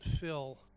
fill